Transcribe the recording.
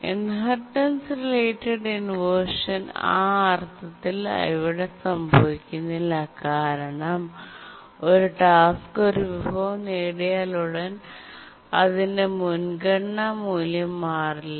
inheritance related inversion ആ അർത്ഥത്തിൽ ഇവിടെ സംഭവിക്കുന്നില്ല കാരണം ഒരു ടാസ്ക് ഒരു വിഭവം നേടിയാലുടൻ അതിന്റെ മുൻഗണനാ മൂല്യം മാറില്ല